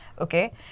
okay